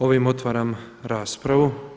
Ovim otvaram raspravu.